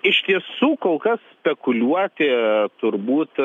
iš tiesų kol kas spekuliuoti turbūt